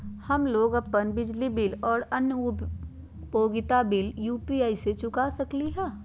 हम लोग अपन बिजली बिल और अन्य उपयोगिता बिल यू.पी.आई से चुका सकिली ह